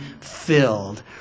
filled